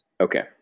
Okay